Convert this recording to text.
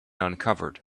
uncovered